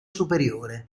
superiore